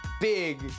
big